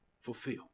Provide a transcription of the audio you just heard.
fulfill